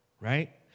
right